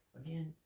again